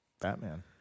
Batman